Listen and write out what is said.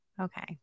okay